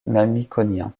mamikonian